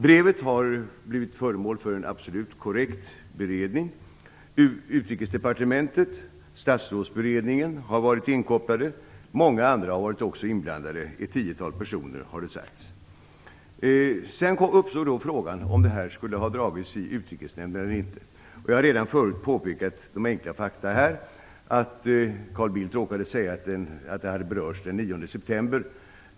Brevet har blivit föremål för en absolut korrekt beredning. Utrikesdepartementet och Statsrådsberedningen har varit inkopplade, och även många andra - ett tiotal personer, har det sagts - har varit inblandade. Sedan uppstår frågan om ärendet skulle ha dragits i Utrikesnämnden eller inte. Jag har redan förut påpekat enkla fakta. Carl Bildt råkade säga att frågan hade berörts den 9 september.